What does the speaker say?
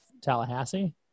Tallahassee